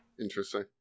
Interesting